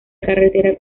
carretera